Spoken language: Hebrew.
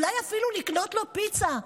אולי אפילו לקנות לו פיצה,